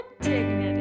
dignity